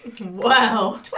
Wow